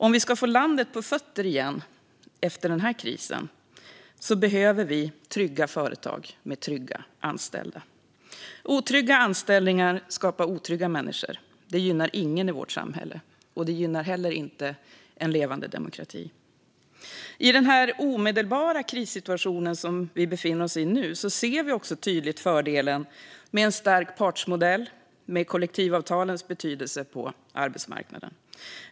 Om vi ska få landet på fötter igen efter den här krisen behöver vi trygga företag med trygga anställda. Otrygga anställningar skapar otrygga människor. Det gynnar ingen i vårt samhälle. Det gynnar heller inte en levande demokrati. I den omedelbara krissituation som vi befinner oss i nu ser vi också tydligt fördelen med en stark partsmodell och kollektivavtalens betydelse på arbetsmarknaden.